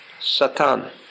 Satan